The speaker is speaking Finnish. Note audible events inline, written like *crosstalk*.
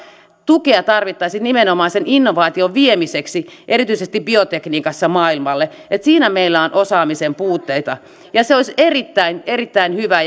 tukea tarvittaisiin nimenomaan sen innovaation viemiseksi erityisesti biotekniikassa maailmalle että siinä meillä on osaamisen puutteita ja se olisi erittäin erittäin hyvä *unintelligible*